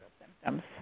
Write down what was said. symptoms